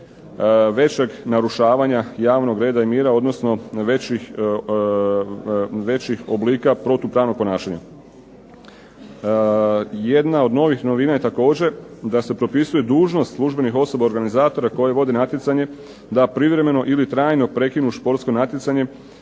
većeg narušavanja javnog reda i mira odnosno većih oblika protupravnog ponašanja. Jedna od novih novina je također da se propisuje dužnost službenih osoba organizatora koji vode natjecanje da privremeno ili trajno prekinu športsko natjecanje